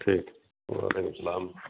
ٹھیک وعلیکم سلام